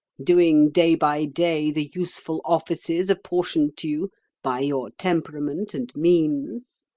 doing day by day the useful offices apportioned to you by your temperament and means,